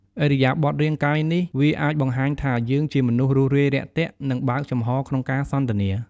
ឥរិយាបថរាងកាយនេះ វាអាចបង្ហាញថាយើងជាមនុស្សរួសរាយរាក់ទាក់ និង បើកចំហក្នុងការសន្ទនា។